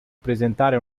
presentare